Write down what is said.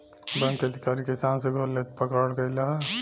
bank के अधिकारी किसान से घूस लेते पकड़ल गइल ह